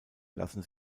lassen